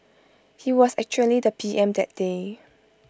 he was actually the P M that day